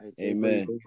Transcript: Amen